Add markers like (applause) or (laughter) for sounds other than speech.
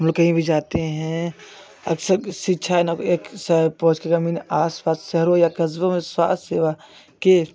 कहीं भी जाते हैं अक्सर शिक्षा (unintelligible) पोस्ट ग्रामीण आस पास शहरों हो या कस्बो में स्वास्थ्य सेवा के